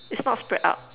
is not spread out